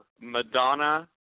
Madonna